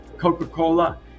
Coca-Cola